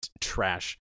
trash